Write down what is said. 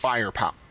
Firepower